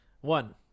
One